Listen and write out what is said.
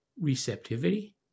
receptivity